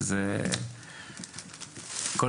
שזה מקום חשוב מאוד,